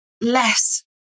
less